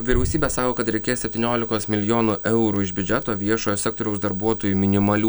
vyriausybė sako kad reikės septyniolikos milijonų eurų iš biudžeto viešojo sektoriaus darbuotojų minimalių